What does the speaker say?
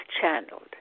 channeled